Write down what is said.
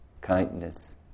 kindness